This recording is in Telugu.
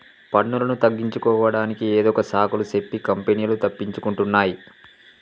పన్నులను తగ్గించుకోడానికి ఏదొక సాకులు సెప్పి కంపెనీలు తప్పించుకుంటున్నాయ్